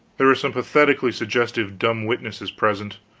there were some pathetically suggestive dumb witnesses present.